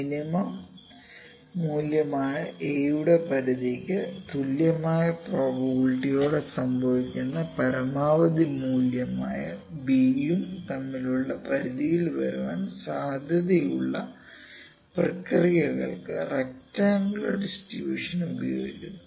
minimum മൂല്യമായ 'a' യും പരിധിക്ക് തുല്യമായ പ്രോബബിലിറ്റിയോടെ സംഭവിക്കുന്ന പരമാവധി മൂല്യമായ 'b' യും തമ്മിലുള്ള പരിധിയിൽ വരാൻ സാധ്യതയുള്ള പ്രക്രിയകൾക്കു റെക്ടറാങ്കുലർ ഡിസ്ട്രിബൂഷൻ ഉപയോഗിക്കുന്നു